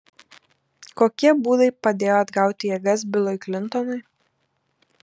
kokie būdai padėjo atgauti jėgas bilui klintonui